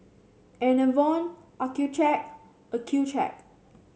Enervon Accucheck Accucheck